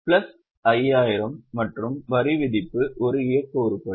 எனவே பிளஸ் 5000 மற்றும் வரிவிதிப்பு ஒரு இயக்க உருப்படி